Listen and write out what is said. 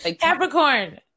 Capricorn